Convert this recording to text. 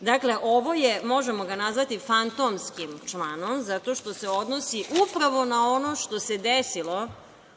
Srbiji. Dakle, ovo je, možemo ga nazvati, fantomskim članom, zato što se odnosi upravo na ono što se desilo